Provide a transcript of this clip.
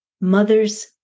Mother's